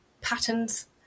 patterns